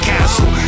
Castle